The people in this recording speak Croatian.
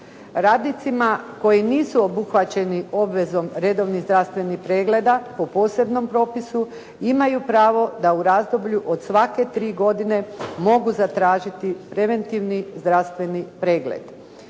Radnicima koji nisu obuhvaćeni obvezom redovnih zdravstvenih pregleda po posebnom propisu imaju pravo da u razdoblju od svake tri godine mogu zatražiti preventivni zdravstveni pregled.